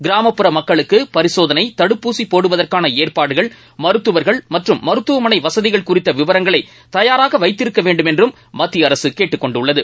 கிராமப்புற மக்களுக்கு பரிசோதனை தடுப்பூசி போடுவதற்கான ஏற்பாடுகள் மருத்துவர்கள் மற்றும் மருத்துவமனை வசதிகள் குறித்த விவரங்களை தயாராக வைத்திருக்க வேண்டும் என்றும் மத்திய அரசு கேட்டுக் கொண்டுள்ளது